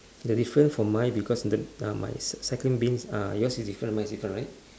the difference from mine because the uh my recycling bins uh yours is different mine is different right